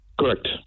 Correct